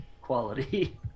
quality